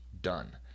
done